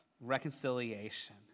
reconciliation